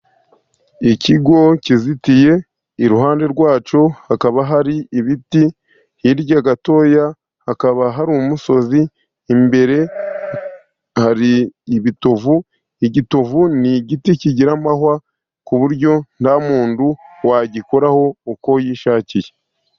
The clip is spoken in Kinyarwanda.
Ikigo kizitiye, iruhande rwacyo hakaba hari ibiti, hirya gatoya hakaba hari umusozi, imbere hari ibitovu, igitovu ni igiti kigira amahwa, ku buryo nta muntu wagikoraho uko yishakiye.